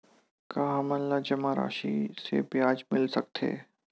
का हमन ला जमा राशि से ब्याज मिल सकथे?